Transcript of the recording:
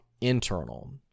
internal